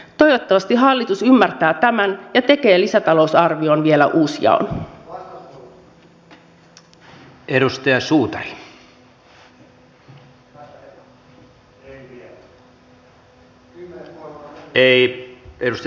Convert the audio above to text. toivottavasti hallitus ymmärtää tämän ja tekee lisätalousarvioon vielä uusjaon